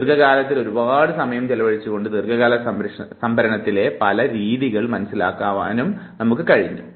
ദീർഘകാലത്തിൽ ഒരുപാട് സമയം ചിലവഴിച്ചുകൊണ്ട് ദീർഘകാല സംഭരണത്തിലെ പല രീതികൾ മനസ്സിലാക്കുവാനും കഴിഞ്ഞു